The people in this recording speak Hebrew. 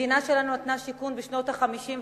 המדינה שלנו נתנה שיכון בשנות ה-50,